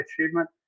achievement